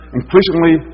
increasingly